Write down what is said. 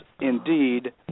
indeed